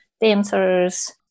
dancers